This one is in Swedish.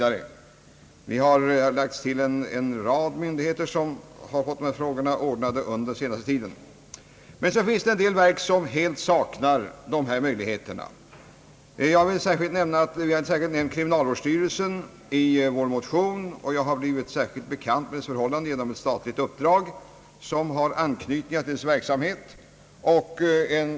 Det har lagts till en rad myndigheter, som har fått denna fråga ordnad under den senaste tiden. Men sedan finns en del verk, som helt saknar möjligheter i detta avseende. Vi har i vår motion särskilt nämnt kriminalvårdsstyrelsen. Jag har blivit särskilt bekant med dess förhållanden genom ett statligt uppdrag, som har anknytningar till dess verksamhet.